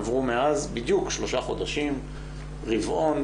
עברו מאז בדיוק שלושה חודשים, רבעון.